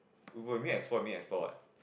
when you mean exploit you mean exploit what